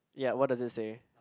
ya what does it say